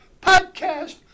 podcast